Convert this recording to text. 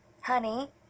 honey